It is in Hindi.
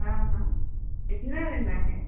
हाँ हाँ कितना देना है